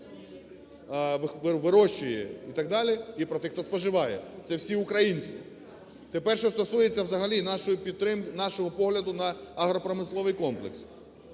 вирощує і так далі, і про тих, хто споживає – це всі українці. Тепер, що стосується взагалі нашого погляду на агропромисловий комплекс.